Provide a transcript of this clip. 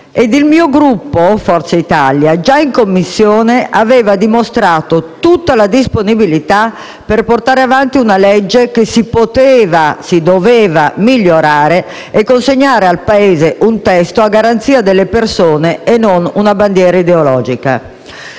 e il mio Gruppo, Forza Italia, già in Commissione aveva dimostrato tutta la disponibilità per portare avanti una legge che si poteva, si doveva migliorare per consegnare al Paese un testo a garanzia delle persone e non una bandiera ideologica.